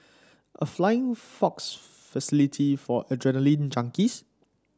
a flying fox facility for adrenaline junkies